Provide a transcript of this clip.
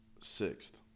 sixth